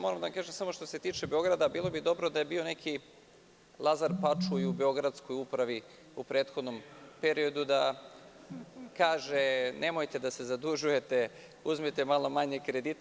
Moram da vam kažem, što se tiče Beograda da bi bilo dobro da je bio neki Lazar Pačuj i u beogradskoj upravi u prethodnom periodu da kaže – nemojte da se zadužujete, uzmite malo manje kredita.